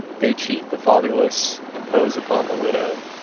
they cheat the fatherless, impose upon the widow,